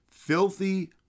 Filthy